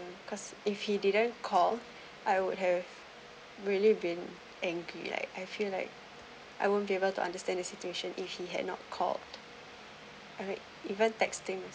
cause if he didn't call I would have really been angry like I feel like I won't be able to understand the situation if he had not called alright even texting